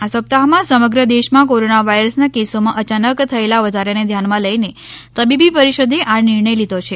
આ સપ્તાહમાં સમગ્ર દેશમાં કોરોના વાયરસના કેસોમાં અચાનક થયેલા વધારાને ધ્યાનમાં લઇને તબીબી પરિષદે આ નિર્ણય લીધો છે